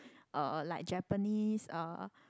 uh like Japanese uh